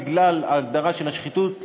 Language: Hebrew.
בגלל ההגדרה של "שחיתות",